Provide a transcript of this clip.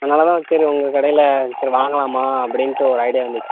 அதனால்தான் சரி உங்கள் கடையில் சரி வாங்கலாமா அப்படின்ட்டு ஒரு ஐடியா வந்துச்சு